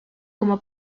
como